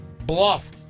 Bluff